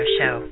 Show